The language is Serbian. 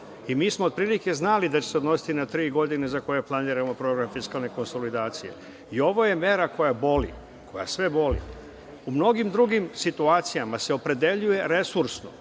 Mi smo otprilike znali da će se odnositi na tri godine za koje planiramo program fiskalne konsolidacije. Ovo je mera koja sve boli.U mnogim drugim situacijama se opredeljuje resursno.